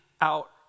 out